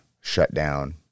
shutdown